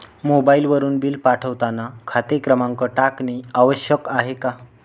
मोबाईलवरून बिल पाठवताना खाते क्रमांक टाकणे आवश्यक आहे का?